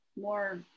more